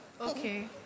Okay